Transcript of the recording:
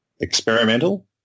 experimental